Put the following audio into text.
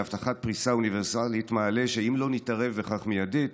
להבטחת פריסה אוניברסלית מעלה שאם לא נתערב בכך מיידית,